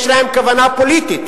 יש להם כוונה פוליטית,